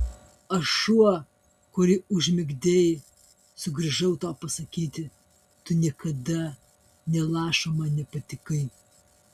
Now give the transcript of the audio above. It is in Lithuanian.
aš šuo kurį užmigdei sugrįžau tau pasakyti tu niekada nė lašo man nepatikai